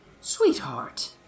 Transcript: Sweetheart